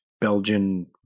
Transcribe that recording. Belgian